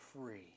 free